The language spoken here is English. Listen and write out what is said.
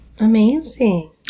Amazing